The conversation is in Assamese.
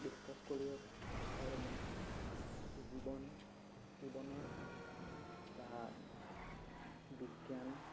ডিছকাছ কৰিব কাৰণে জীৱন জীৱনৰ বা বিজ্ঞান